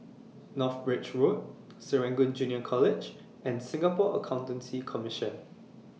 North Bridge Road Serangoon Junior College and Singapore Accountancy Commission